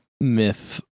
myth